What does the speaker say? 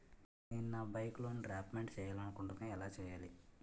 నేను నా bike loan repayment చేయాలనుకుంటున్నా ఎలా చేయాలి?